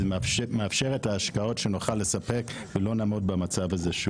זה מאפשר את ההשקעות שנוכל לספק ולא נעמוד במצב הזה.